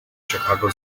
chicago